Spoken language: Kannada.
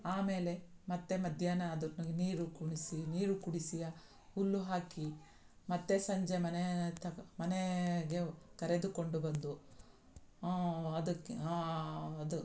ಆಮೇಲೆ ಮತ್ತೆ ಮಧ್ಯಾಹ್ನ ಅದನ್ನು ನೀರು ಕುಡಿಸಿ ನೀರು ಕುಡಿಸಿ ಆ ಹುಲ್ಲು ಹಾಕಿ ಮತ್ತೆ ಸಂಜೆ ಮನೆ ಮನೆಗೆ ಕರೆದುಕೊಂಡು ಬಂದು ಅದಕ್ಕೆ ಅದು